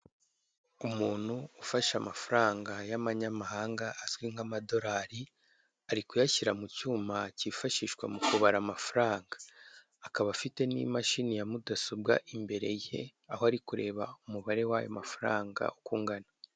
Umuntu ufashe amafaranga y'amanyamahanga, azwi nk'amadorari ari kuyashyira mu cyuma kifashishwa mu kubara amafaranga akaba afite n'imashini ya mudasobwa iri imbere ye aho ari kureba umubare w'ayo mafaranga uko ungana.